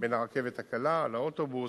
בין הרכבת הקלה לאוטובוס,